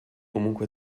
comunque